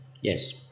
yes